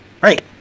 Right